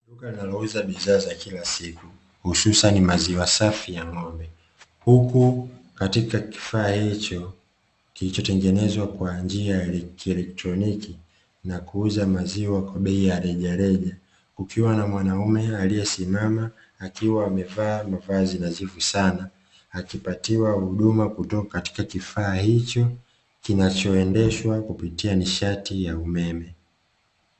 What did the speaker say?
Duka linalouza bidhaa za kila siku hususani maziwa safi ya ng’ombe ,huku katika kifaa hicho kilichotengezwa kwa njia ya kielektroniki, na kuuza maziwa kwa bei ya rejareja, kukiwa na mwanaume aliyesimama akiwa amevaa mavazi nadhifu sana, akipatiwa huduma kutoka katika kifaa hicho kinachoendeshwa kupitia nishati ya umeme.